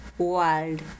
world